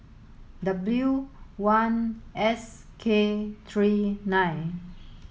W one S K three nine